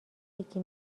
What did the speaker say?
یکی